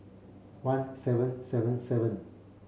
one seven seven seven